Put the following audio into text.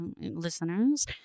listeners